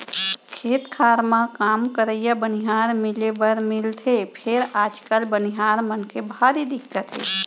खेत खार म काम करइया बनिहार मिले बर मिलथे फेर आजकाल बनिहार मन के भारी दिक्कत हे